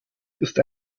ist